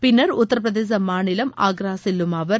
பின்னர் உத்தரப்பிரதேச மாநிலம் ஆக்ரா செல்லும் அவர்